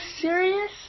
serious